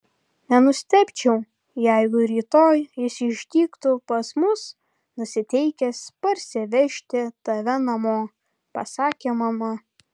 nenustebčiau jeigu rytoj jis išdygtų pas mus nusiteikęs parsivežti tave namo pasakė mama